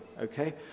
Okay